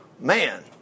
Man